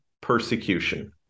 persecution